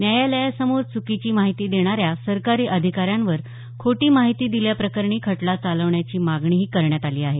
न्यायालयासमोर च्कीची माहिती देणाऱ्या सरकारी अधिकाऱ्यांवर खोटी माहिती दिल्या प्रकरणी खटला चालवण्याची मागणीही करण्यात आली आहे